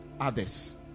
others